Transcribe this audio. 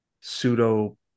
pseudo